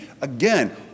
again